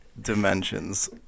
dimensions